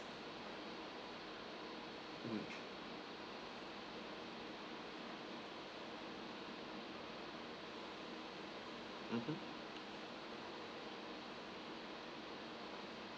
mmhmm